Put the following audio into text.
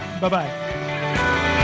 Bye-bye